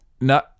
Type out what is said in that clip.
No